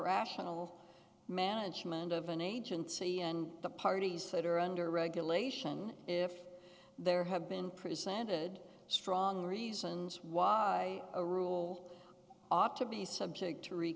rational management of an agency and the parties that are under regulation if there have been presented strong reasons why a rule ought to be subject to re